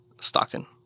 Stockton